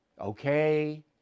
Okay